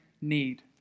need